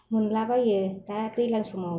मोनलाबायो दा दैलां समाव